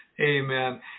Amen